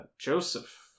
Joseph